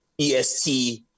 EST